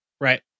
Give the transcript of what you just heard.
Right